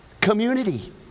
community